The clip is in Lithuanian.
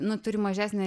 nu turi mažesnę